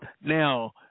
Now